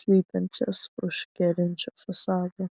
slypinčias už kerinčio fasado